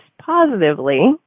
positively